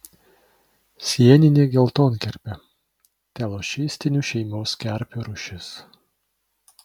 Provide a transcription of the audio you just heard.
sieninė geltonkerpė telošistinių šeimos kerpių rūšis